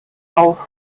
auf